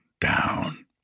down